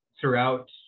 throughout